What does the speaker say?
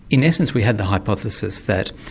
in essence we had the hypothesis that,